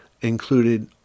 included